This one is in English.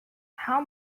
how